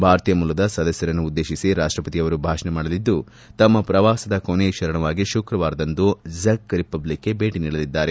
ಭಾರತೀಯ ಮೂಲದ ಸದಸ್ಯರನ್ನುದ್ದೇಶಿಸಿ ರಾಷ್ಟಪತಿ ಅವರು ಭಾಷಣ ಮಾಡಲಿದ್ದು ತಮ್ಮ ಪ್ರವಾಸದ ಕೊನೆಯ ಚರಣವಾಗಿ ಶುಕ್ರವಾರದಂದು ಝೆಕ್ ರಿಪಬ್ಲಿಕ್ಗೆ ಭೇಟಿ ನೀಡಲಿದ್ದಾರೆ